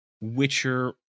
witcher